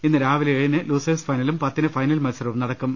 ഇന്ന് രാവിലെ ഏഴിന് ലൂസേഴ്സ് ഫൈനലും പത്തിന് ഫൈനൽ മത്സരവും നടക്കും